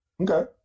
Okay